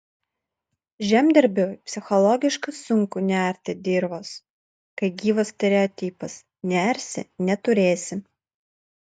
žemdirbiui psichologiškai sunku nearti dirvos kai gyvas stereotipas nearsi neturėsi